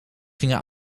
gingen